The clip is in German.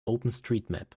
openstreetmap